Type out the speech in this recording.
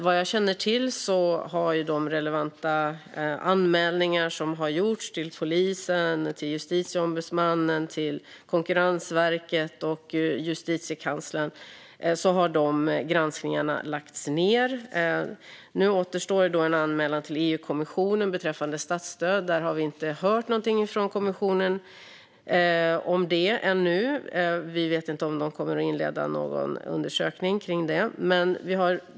Vad jag känner till har de relevanta anmälningar som har gjorts till polisen, Justitieombudsmannen, Konkurrensverket och Justitiekanslern lett till att granskningarna har lagts ned. Nu återstår en anmälan till EU-kommissionen beträffande statsstöd. Vi har inte hört något från kommissionen ännu. Vi vet inte om de kommer att inleda någon undersökning av detta.